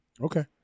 Okay